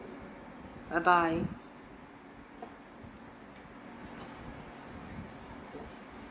bye bye